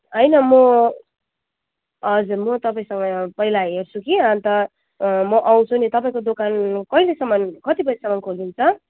होइन म हजुर म तपाईँसँग पहिला हेर्छु कि अन्त म आउँछु नि तपाईँको दोकान कहिलेसम्म कति बजीसम्म खोल्नुहुन्छ